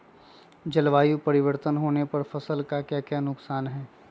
जलवायु परिवर्तन होने पर फसल का क्या नुकसान है?